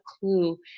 clue